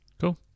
Cool